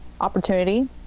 opportunity